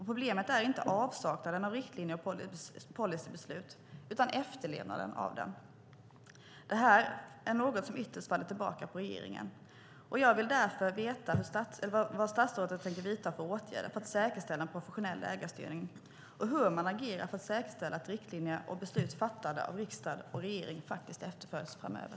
Problemet är inte avsaknaden av riktlinjer och policybeslut utan efterlevnaden av dem. Detta är något som ytterst faller tillbaka på regeringen. Jag vill därför veta vilka åtgärder statsrådet tänker vidta för att säkerställa en professionell ägarstyrning, och hur man agerar för att säkerställa att riktlinjer och beslut fattade av riksdag och regering faktiskt efterföljs framöver.